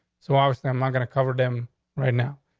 so obviously i'm not gonna cover them right now,